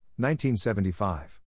1975